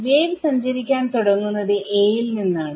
wave സഞ്ചരിക്കാൻ തുടങ്ങുന്നത് a യിൽ നിന്നാണ്